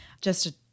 Just-